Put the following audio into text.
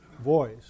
voice